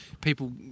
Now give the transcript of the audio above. people